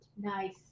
Nice